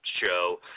show